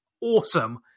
awesome